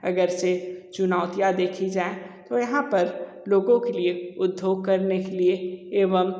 अगर से चुनौतियां देखी जाएँ तो यहाँ पर लोगों के लिए उद्योग करने के लिए एवं